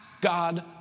God